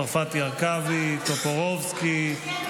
צרפתי הרכבי, טופורובסקי,